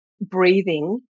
breathing